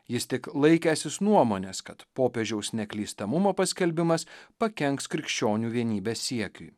jis tik laikęsis nuomonės kad popiežiaus neklystamumo paskelbimas pakenks krikščionių vienybės siekiui